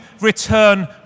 return